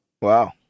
Wow